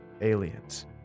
aliens